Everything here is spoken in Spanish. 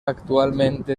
actualmente